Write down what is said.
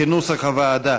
כנוסח הוועדה.